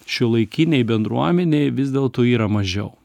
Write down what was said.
šiuolaikinėj bendruomenėj vis dėlto yra mažiau